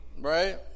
right